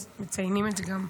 אז מציינים את זה גם.